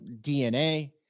DNA